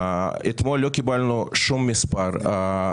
אתמול לא קיבלנו שום מספר,